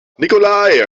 nikolai